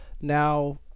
now